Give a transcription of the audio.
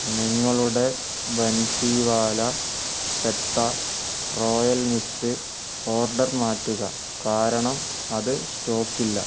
നിങ്ങളുടെ Bansiwala petha royal mix order മാറ്റുക കാരണം അത് സ്റ്റോക്ക് ഇല്ല